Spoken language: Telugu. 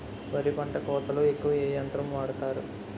వరి పంట కోతలొ ఎక్కువ ఏ యంత్రం వాడతారు?